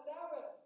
Sabbath